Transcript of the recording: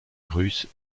russes